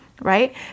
right